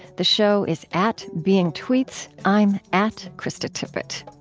the show is at beingtweets. i'm at kristatippett